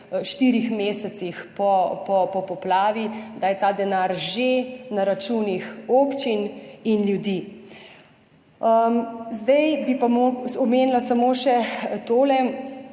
štirih mesecih po poplavi, da je ta denar že na računih občin in ljudi. Zdaj bi pa omenila samo še tole